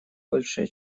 большее